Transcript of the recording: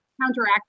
counteract